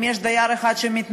כי אם יש דייר אחד שמתנגד,